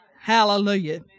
Hallelujah